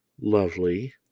lovely